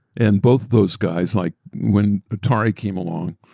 and both those guys, like when atari came along,